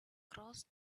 crossed